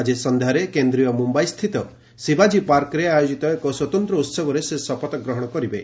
ଆଜି ସନ୍ଧ୍ୟାରେ କେନ୍ଦ୍ରୀୟ ମୁମ୍ବାଇସ୍ଥିତ ଶିବାଜୀ ପାର୍କରେ ଆୟୋଜିତ ଏକ ସ୍ୱତନ୍ତ୍ର ଉତ୍ସବରେ ସେ ଶପଥଗ୍ରହଣ କରିବେ